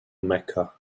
mecca